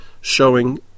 showing